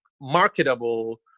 marketable